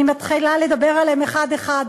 ואני מתחילה לדבר עליהן אחת-אחת,